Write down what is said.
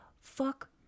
fuck